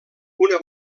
una